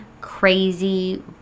crazy